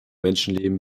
menschenleben